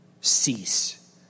cease